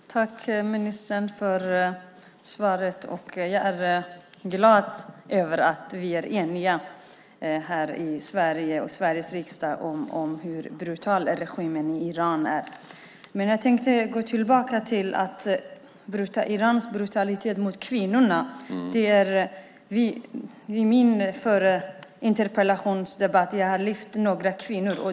Fru talman! Tack, ministern, för svaret! Jag är glad över att vi är eniga här i Sveriges riksdag om hur brutal regimen i Iran är. Jag tänkte gå tillbaka till Irans brutalitet mot kvinnorna. I min förra interpellationsdebatt lyfte jag fram några kvinnor.